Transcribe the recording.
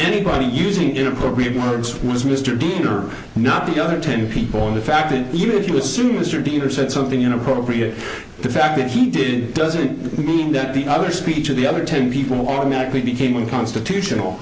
anybody using inappropriate words was mr dean or not the other ten people and the fact that even if you assume distributer said something inappropriate the fact that he did doesn't mean that the other speech of the other ten people automatically became one constitutional